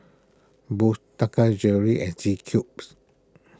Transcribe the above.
Boost Taka Jewelry and C Cubes